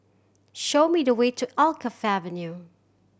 show me the way to Alkaff Avenue